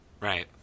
right